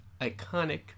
iconic